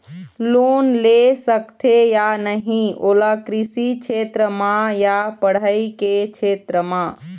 Loan ले सकथे या नहीं ओला कृषि क्षेत्र मा या पढ़ई के क्षेत्र मा?